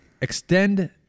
extend